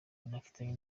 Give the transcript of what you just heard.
banafitanye